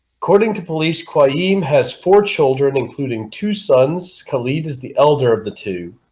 according to police claim has four children including two sons khalid as the elder of the two